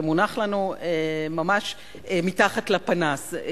שמונח לנו ממש מתחת לפנס.